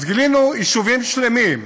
אז גילינו יישובים שלמים,